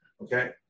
Okay